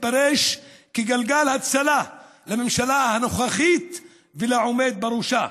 מתפרש כגלגל הצלה לממשלה הנוכחית ולעומד בראשה.